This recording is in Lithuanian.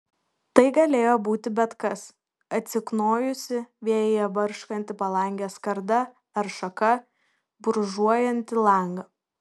tai galėjo būti bet kas atsiknojusi vėjyje barškanti palangės skarda ar šaka brūžuojanti langą